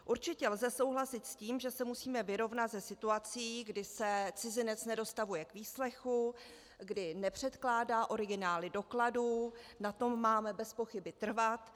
Určitě lze souhlasit s tím, že se musíme vyrovnat se situací, kdy se cizinec nedostavuje k výslechu, kdy nepředkládá originály dokladů, na tom máme bezpochyby trvat.